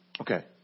Okay